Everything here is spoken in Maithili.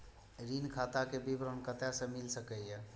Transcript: ऋण खाता के विवरण कते से मिल सकै ये?